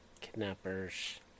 kidnappers